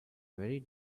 very